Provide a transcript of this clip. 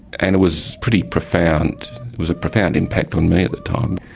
and it was pretty profound it was a profound impact on me at the time.